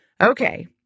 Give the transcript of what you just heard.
Okay